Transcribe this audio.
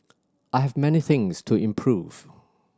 I have many things to improve